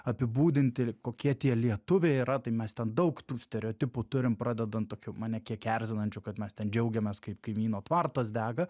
apibūdinti kokie tie lietuviai yra tai mes ten daug tų stereotipų turim pradedant tokiu mane kiek erzinančiu kad mes džiaugiamės kaip kaimyno tvartas dega